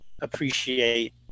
appreciate